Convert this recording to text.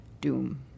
doom